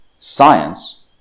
Science